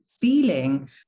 feeling